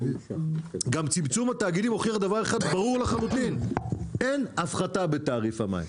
גם צמצום התאגידים הוכיח דבר אחד ברור לחלוטין אין הפחתה בתעריף המים.